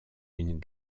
une